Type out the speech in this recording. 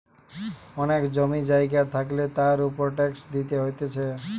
অনেক জমি জায়গা থাকলে তার উপর ট্যাক্স দিতে হতিছে